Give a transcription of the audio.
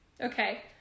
Okay